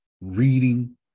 reading